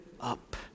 up